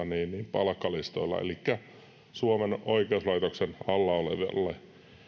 palkkalistoilla elikkä suomen oikeuslaitoksen alla olevalle